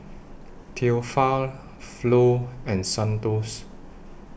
Theophile Flo and Santos